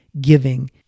Giving